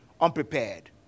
unprepared